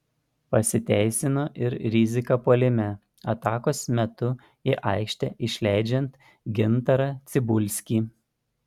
pasiteisino ir rizika puolime atakos metu į aikštę išleidžiant gintarą cibulskį